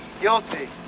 Guilty